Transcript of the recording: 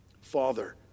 Father